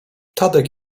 tadek